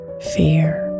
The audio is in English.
fear